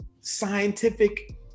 scientific